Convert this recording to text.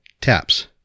TAPS